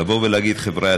לבוא ולומר: חבריא,